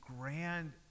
grand